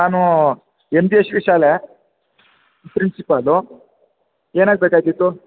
ನಾನು M G S V ಶಾಲೆ principal ಏನಾಗಬೇಕಾಗಿತ್ತು